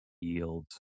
yields